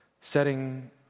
setting